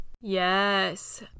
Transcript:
Yes